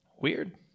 weird